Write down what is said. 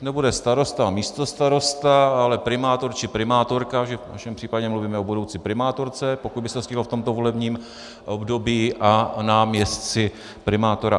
Už nebude starosta a místostarosta, ale primátor či primátorka, v našem případě mluvíme o budoucí primátorce, pokud by se to stihlo v tomto volebním období, a náměstci primátora.